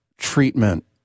treatment